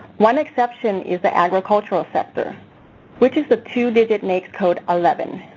one exception is the agricultural sector which is the two-digit naics code eleven.